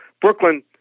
Brooklyn